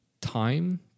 time